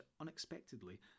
unexpectedly